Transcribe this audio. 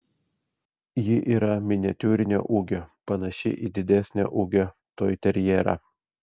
ji yra miniatiūrinio ūgio panaši į didesnio ūgio toiterjerą